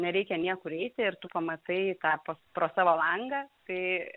nereikia niekur eiti ir tu pamatai tą po pro savo langą tai